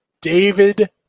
David